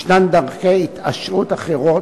יש דרכי התעשרות אחרות,